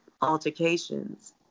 altercations